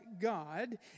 God